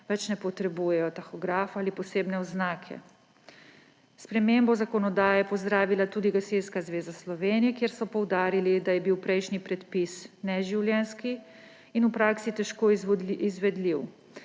ne potrebujejo več tahografa ali posebne oznake. Spremembo zakonodaje je pozdravila tudi Gasilska zveza Slovenije, kjer so poudarili, da je bil prejšnji predpis neživljenjski in v praksi težko izvedljiv,